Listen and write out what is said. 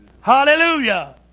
Hallelujah